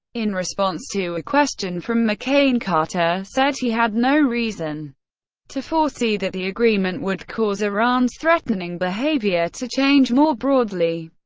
in response to a question from mccain, carter said he had no reason to foresee that the agreement would cause iran's threatening behavior to change more broadly,